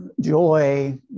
Joy